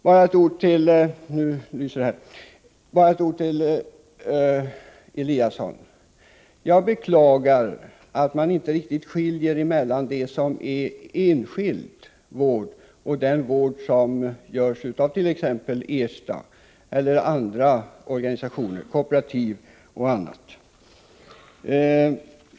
Bara ett ord till Ingemar Eliasson. Jag beklagar att man inte riktigt skiljer mellan enskild vård och den vård som utförs av t.ex. Ersta eller andra organisationer, såsom kooperativ.